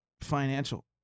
financial